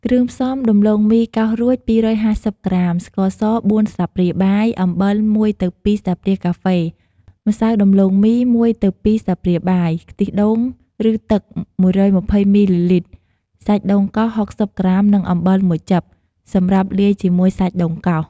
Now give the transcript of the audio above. គ្រឿងផ្សំ ដំឡូងមីកោសរួច ២៥០ ក្រាម ស្ករស ៤ ស្លាបព្រាបាយ អំបិល ១ទៅ២ ស្លាបព្រាកាហ្វេ ម្សៅដំឡូងមី ១ទៅ២ ស្លាបព្រាបាយ ខ្ទិះដូង ឬ ទឹក ១២០ មីលីលីត្រ សាច់ដូងកោស ៦០ ក្រាម និងអំបិលមួយចិប សម្រាប់លាយជាមួយសាច់ដូងកោស។